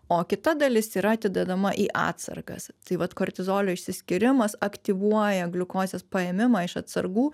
o kita dalis yra atidedama į atsargas tai vat kortizolio išsiskyrimas aktyvuoja gliukozės paėmimą iš atsargų